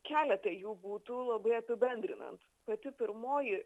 keletą jų būtų labai apibendrinant pati pirmoji